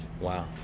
wow